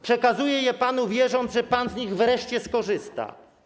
Przekazuję je panu, wierząc, że pan z nich wreszcie skorzysta.